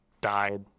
died